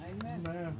Amen